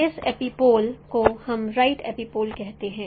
इस एपिपोल को हम राइट एपिपोल कहते हैं